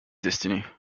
destiny